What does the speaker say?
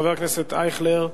חבר הכנסת ישראל אייכלר,